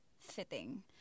fitting